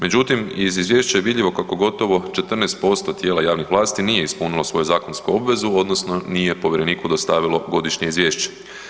Međutim iz izvješća je vidljivo kako gotovo 14% tijela javnih vlasti nije ispunilo svoju zakonsku obvezu odnosno nije povjereniku dostavilo godišnje izvješće.